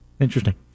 Interesting